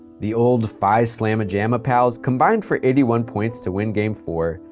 the old five slama jama pals combined for eighty one points to win game four,